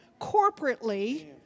corporately